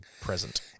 present